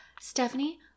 Stephanie